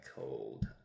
cold